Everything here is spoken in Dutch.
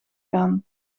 gaan